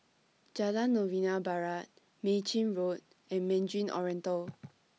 Jalan Novena Barat Mei Chin Road and Mandarin Oriental